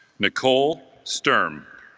nicole sturm